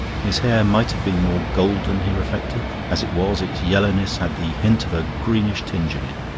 his hair might have been more golden, he reflected. as it was, its yellowness had the hint of a greenish tinge in it.